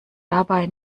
dabei